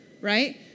right